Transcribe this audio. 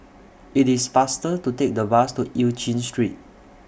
IT IS faster to Take The Bus to EU Chin Street